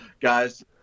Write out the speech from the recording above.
guys